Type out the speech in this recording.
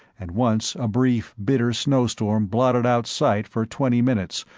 and once a brief bitter snowstorm blotted out sight for twenty minutes,